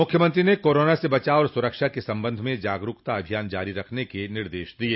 मुख्यमत्री ने कोरोना से बचाव और सुरक्षा के संबंध में जागरूकता अभियान जारी रखने के निदश दिये